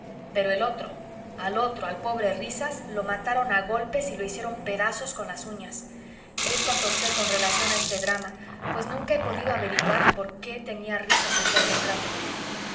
pero el otro al otro al pobre risas lo mataron a golpes y lo hicieron pedazos con las uñas es cuanto sé con relación a este drama pues nunca he podido averiguar por qué tenía risas aquel retrato